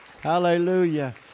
Hallelujah